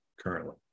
currently